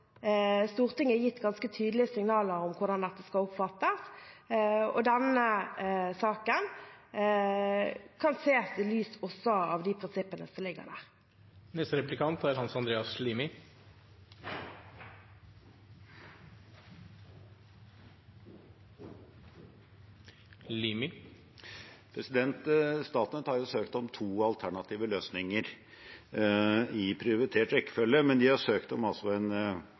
Stortinget gitt ganske tydelige signaler om hvordan dette skal oppfattes, og denne saken kan også ses i lys av de prinsippene som ligger der. Statnett har søkt om to alternative løsninger i prioritert rekkefølge, men de har søkt om det man kan kalle en